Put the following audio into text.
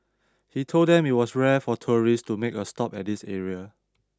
he told them it was rare for tourists to make a stop at this area